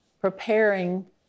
preparing